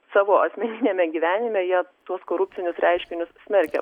savo asmeniniame gyvenime jie tuos korupcinius reiškinius smerkia